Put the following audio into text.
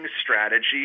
strategy